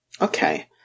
Okay